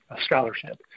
scholarship